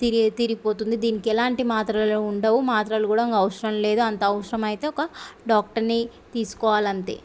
తీరి తీరిపోతుంది దీనికి ఎలాంటి మాత్రలు ఉండవు మాత్రలు కూడా అవసరం లేదు అంత అవసరమైతే ఒక డాక్టర్ని తీసుకోవాలి అంతే